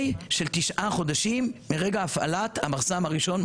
של תשעה חודשים מרגע הפעלת המחז"מ הראשון,